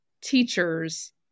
teachers